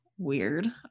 weird